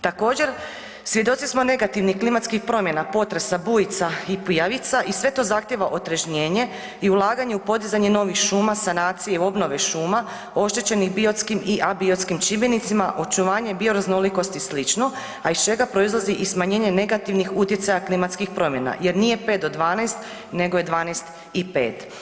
Također svjedoci smo negativnih klimatskih promjena, potresa, bujica i pijavica i sve to zahtijeva otrežnjenje i ulaganje u podizanje novih šuma, sanacije u obnovi šuma oštećenih biotskim i abiotskim čimbenicima, očuvanje bioraznolikosti i slično, a iz čega proizlazi i smanjenje negativnih utjecaja klimatskih promjena jer nije pet do dvanaest nego je dvanaest i pet.